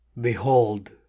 Behold